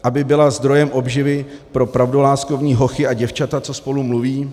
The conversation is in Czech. Aby byla zdrojem obživy pro pravdoláskovní hochy a děvčata, co spolu mluví?